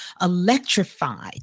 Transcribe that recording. electrified